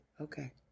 okay